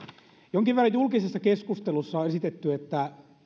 jonkin verran julkisessa keskustelussa on esitetty että